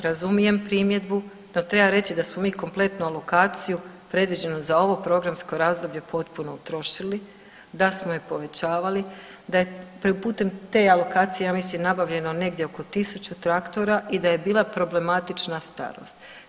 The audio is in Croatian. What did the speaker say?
Razumijem primjedbu, ali treba reći da smo mi kompletnu alokaciju predviđenu za ovo programsko razdoblje potpuno utrošili, da smo je povećavali, da je pute te alokacije ja mislim nabavljeno negdje oko 1000 traktora i da je bila problematična starost.